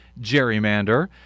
gerrymander